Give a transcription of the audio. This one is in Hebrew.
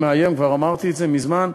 וזה מאיים כבר אמרתי את זה מזמן,